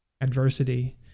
adversity